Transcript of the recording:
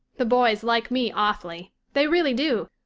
the boys like me awfully they really do.